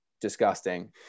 disgusting